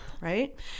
Right